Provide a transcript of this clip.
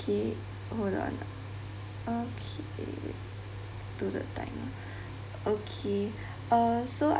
okay hold on okay okay uh so I